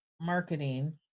marketing